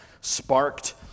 sparked